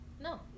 No